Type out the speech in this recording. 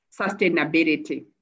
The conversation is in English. sustainability